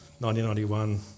1991